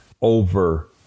over